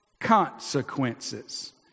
consequences